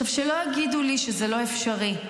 שלא יגידו לי שזה בלתי אפשרי.